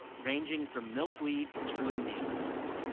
ranging from milkweed to indian grass,